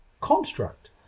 construct